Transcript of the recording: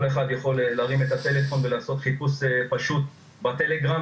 כל אחד יכול להרים את הטלפון ולעשות חיפוש פשוט בטלגרם,